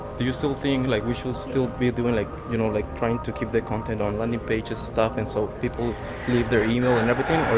do you still think like we should still be doing like you know like trying to keep the content on landing pages and stuff, and so people leave their email and everything?